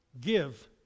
Give